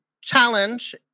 Challenge